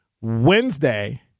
Wednesday